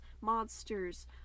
monsters